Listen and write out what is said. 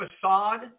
facade